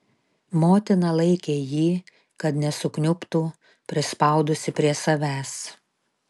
motina laikė jį kad nesukniubtų prispaudusi prie savęs